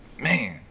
man